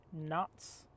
nuts